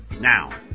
Now